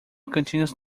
continues